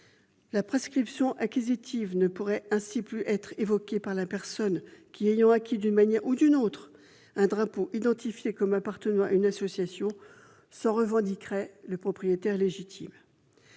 La prescription acquisitive ne pourrait ainsi plus être évoquée par la personne qui, ayant acquis d'une manière ou d'une autre un drapeau identifié comme appartenant à une association d'anciens combattants, revendiquerait en être le propriétaire légitime.